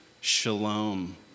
shalom